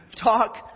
talk